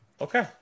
okay